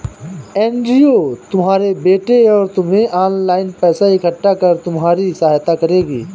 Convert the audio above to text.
NGO तुम्हारे बेटे और तुम्हें ऑनलाइन पैसा इकट्ठा कर तुम्हारी सहायता करेगी